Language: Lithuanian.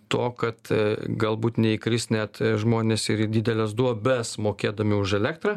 to kad galbūt neįkris net žmonės ir į dideles duobes mokėdami už elektrą